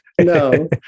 No